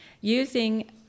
using